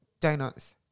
Donuts